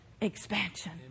expansion